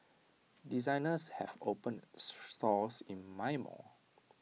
designers have opened stores in my mall